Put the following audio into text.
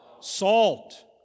Salt